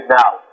now